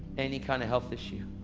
any kind of health issue.